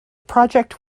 project